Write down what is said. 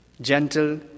gentle